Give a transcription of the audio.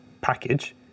package